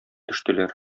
төштеләр